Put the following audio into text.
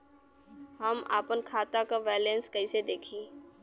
हम आपन खाता क बैलेंस कईसे देखी?